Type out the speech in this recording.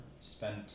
spent